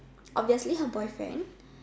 obviously her boyfriend